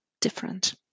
different